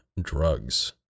drugs